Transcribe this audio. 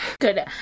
Good